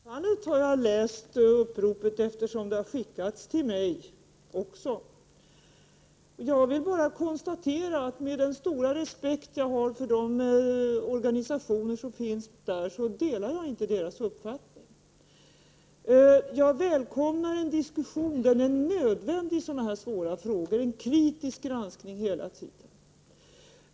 Herr talman! Självfallet har jag läst uppropet, eftersom det har skickats till mig också. Jag kan bara konstatera att jag, med all den respekt jag har för de organisationer som finns här, inte delar deras uppfattning. Jag välkomnar en diskussion. Den är nödvändig i sådana här svåra frågor, det behövs en kritisk granskning hela tiden.